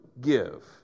give